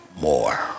more